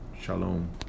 Shalom